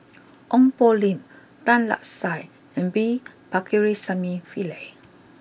Ong Poh Lim Tan Lark Sye and V Pakirisamy Pillai